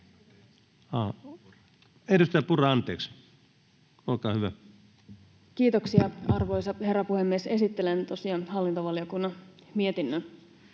Edustaja Purra, olkaa hyvä. Kiitoksia, arvoisa herra puhemies! Esittelen tosiaan hallintovaliokunnan mietinnön.